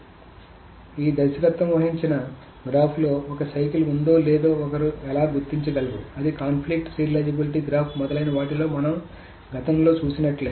కాబట్టి ఈ దర్శకత్వం వహించిన గ్రాఫ్లో ఒక సైకిల్ ఉందో లేదో ఒకరు ఎలా గుర్తించగలరు అది కాన్ఫ్లిక్ట్ సీరియలైజేబిలిటీ గ్రాఫ్ మొదలైన వాటిలో మనం గతంలో చేసినట్లే